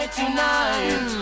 tonight